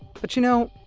but, you know,